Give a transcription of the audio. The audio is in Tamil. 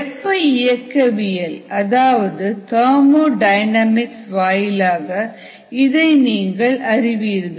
வெப்ப இயக்கவியல் அதாவது தெர்மோடைனமிக்ஸ் வாயிலாக இதை நீங்கள் அறிவீர்கள்